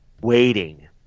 waiting